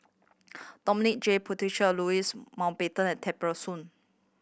Dominic J Puthucheary Louis Mountbatten and Tear Ee Soon